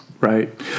Right